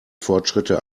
fortschritte